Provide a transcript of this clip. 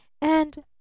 and—